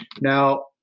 Now